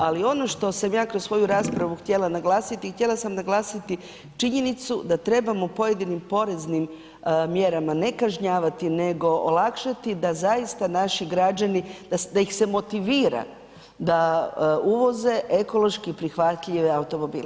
Ali ono što sam ja kroz svoju raspravu htjela naglasiti, htjela sam naglasiti činjenicu da trebamo pojedinim poreznim mjerama ne kažnjavati nego olakšati da zaista naši građani da ih se motivira da uvoze ekološki prihvatljive automobile.